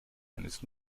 eines